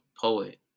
poet